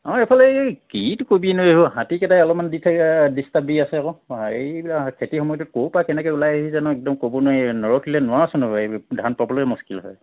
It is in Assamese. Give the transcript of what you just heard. অঁ এইফালে এই কিনো কবি এইনো এইবোৰ হাতীকেইটাই অলপমান ডিষ্টাৰ্ব দি আছে আকৌ এইবিলাক খেতিৰ সময়টো ক'ৰ পৰা কেনেকৈ ওলাই আহি জানো একদম ক'ব নোৱাৰি নৰখিলে নোৱাৰচোন এই ধান পাবলৈ মস্কিল হয়